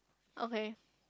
okay